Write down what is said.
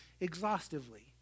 exhaustively